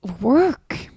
work